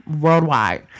Worldwide